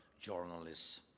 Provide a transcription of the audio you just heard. journalists